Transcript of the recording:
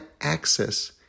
access